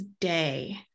day